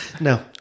No